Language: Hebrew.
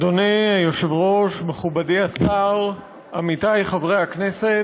אדוני היושב-ראש, מכובדי השר, עמיתי חברי הכנסת,